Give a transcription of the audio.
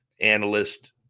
analyst